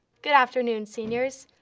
good afternoon, seniors.